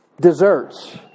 desserts